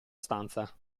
stanza